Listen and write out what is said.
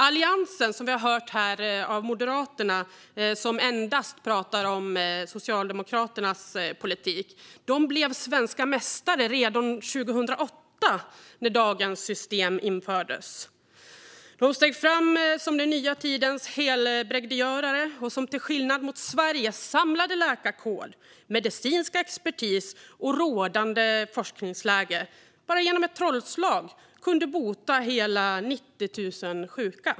Alliansen, som vi har hört här via Moderaterna - som endast pratar om Socialdemokraternas politik - blev svenska mästare redan 2008 när dagens system infördes. De steg fram som den nya tidens helbrägdagörare som till skillnad från Sveriges samlade läkarkår, medicinska expertis och rådande forskningsläge bara genom ett trollslag kunde bota hela 90 000 sjuka.